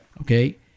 okay